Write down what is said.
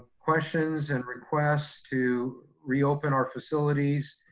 questions and requests to reopen our facilities,